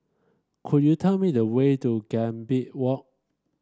could you tell me the way to Gambir Walk